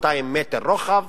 200 מטר רוחב